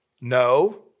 no